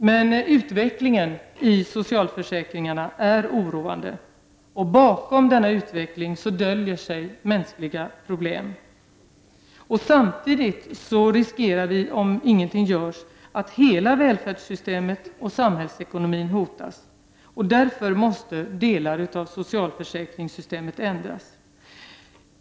Men utvecklingen i socialförsäkringarna är oroande, och bakom denna utveckling döljer sig mänskliga problem. Samtidigt riskerar vi, om ingenting görs, att hela välfärdssystemet och samhällsekonomin hotas. Därför måste delar av socialförsäkringssystemet ändras.